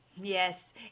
Yes